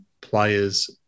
players